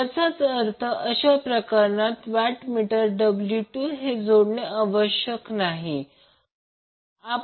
याचाच अर्थ अशा प्रकरणात वॅटमीटर W 2 हे जोडणे आवश्यक नाही